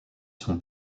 son